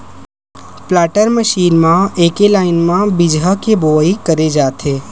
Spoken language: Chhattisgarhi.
प्लाटर मसीन म एके लाइन म बीजहा के बोवई करे जाथे